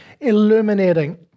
illuminating